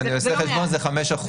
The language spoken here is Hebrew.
אם אני עושה חשבון זה 5%,